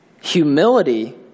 Humility